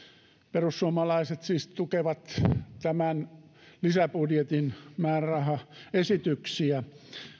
perussuomalaiset siis tukevat tämän lisäbudjetin määrärahaesityksiä